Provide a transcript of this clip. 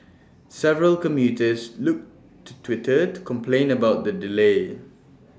several commuters look to Twitter to complain about the delay